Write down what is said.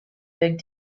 big